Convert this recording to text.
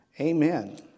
Amen